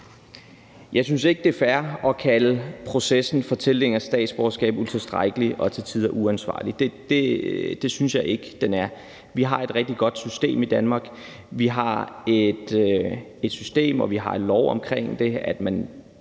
Jeg synes ikke, det er fair at kalde processen for tildeling af statsborgerskab utilstrækkelig og til tider uansvarlig – det synes jeg ikke den er. Vi har et rigtig godt system i Danmark. Vi har et system, og vi har en lov omkring det, så man